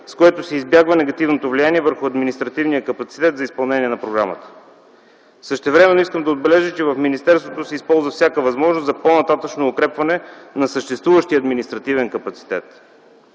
с което се избягва негативното влияние върху административния капацитет за изпълнение на програмата. Същевременно искам да отбележа, че в министерството се използва всяка възможност за по-нататъшно укрепване на съществуващия административен капацитет.